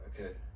Okay